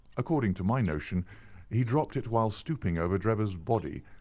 according to my notion he dropped it while stooping over drebber's body,